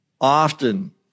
often